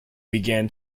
began